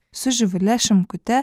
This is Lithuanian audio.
su živile šimkute